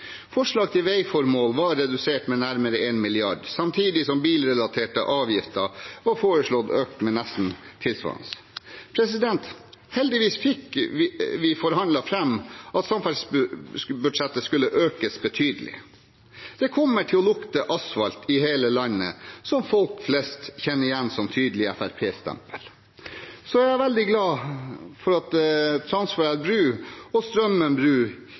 Forslag til veiformål var redusert med nærmere 1 mrd. kr, samtidig som bilrelaterte avgifter var foreslått økt med nesten tilsvarende. Heldigvis fikk vi forhandlet fram at samferdselsbudsjettet skulle økes betydelig. Det kommer til å lukte asfalt i hele landet, som folk flest kjenner igjen som et tydelig FrP-stempel. Så er jeg veldig glad for at Transfarelv bru og Strømmen